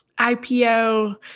IPO